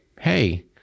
hey